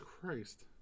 Christ